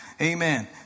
Amen